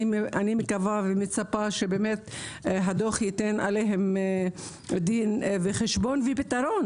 אני מקווה ומצפה שבאמת הדוח ייתן עליהן דין וחשבון ופתרון